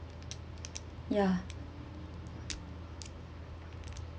ya